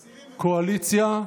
קואליציה,